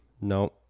No